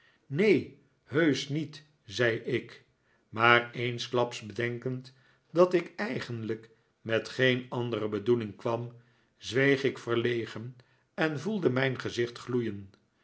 neen heusch niet zei ik maar eensklaps bedenkend dat ik eigenlijk met geen andere bedoeling kwam zweeg ik verlegen en voelde mijn gezicht gloeien